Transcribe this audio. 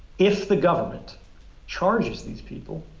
if the government charges these people,